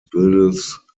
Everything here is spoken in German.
bildes